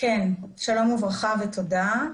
שלום ותודה.